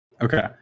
okay